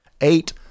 Eight